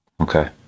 Okay